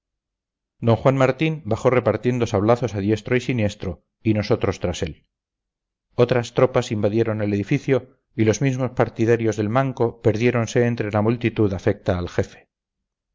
d juan martín bajó repartiendo sablazos a diestro y siniestro y nosotros tras él otras tropas invadieron el edificio y los mismos partidarios del manco perdiéronse entre la multitud afecta al jefe